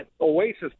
Oasis